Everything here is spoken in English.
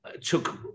took